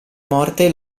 morte